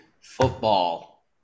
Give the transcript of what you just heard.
football